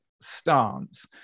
stance